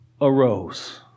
arose